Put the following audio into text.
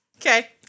Okay